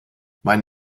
mein